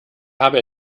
habe